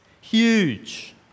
Huge